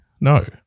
no